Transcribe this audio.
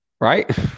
right